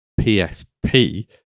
PSP